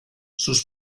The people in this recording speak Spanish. sus